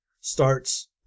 starts